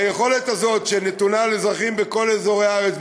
היכולת הזאת שנתונה לאזרחים בכל אזורי הארץ,